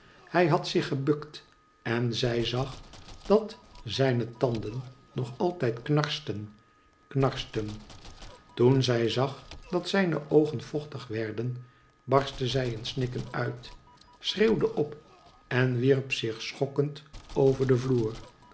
hij had zich gebukt en zij zag dat zijne tanden nog altijd knarsten knarsten toen zij zag dat zijhe oogen vochtig werden barstte zij in snikken uit schreeuwde op en wierp zich schokkend over den vloer